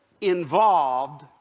Involved